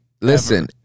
listen